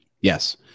Yes